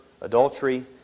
adultery